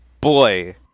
boy